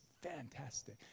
fantastic